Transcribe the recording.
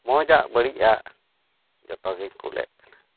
ᱢᱚᱡᱟᱜ ᱵᱟᱹᱲᱤᱡᱟᱜ ᱡᱚᱛᱚᱜᱮᱧ ᱠᱳᱞᱮᱫ ᱠᱟᱱᱟ